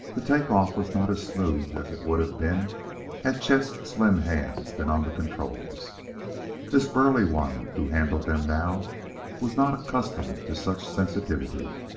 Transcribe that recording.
the take-off was not as smooth as it would have been had chet's slim hands been on the controls this burly one who handled them now was not accustomed to such sensitivity.